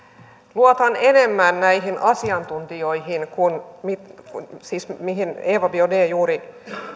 luotan enemmän näihin asiantuntijoihin siis joihin eva biaudet juuri